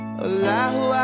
Allahu